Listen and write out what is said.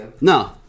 No